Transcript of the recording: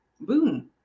boom